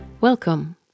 Welcome